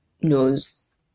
knows